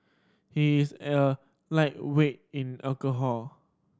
he is a lightweight in alcohol